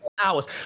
hours